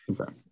Okay